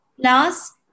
Plus